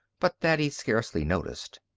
but that he scarcely noticed.